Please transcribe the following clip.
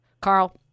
Carl